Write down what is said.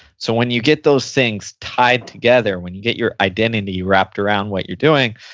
so, when you get those things tied together, when you get your identity wrapped around what you're doing,